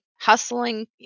hustling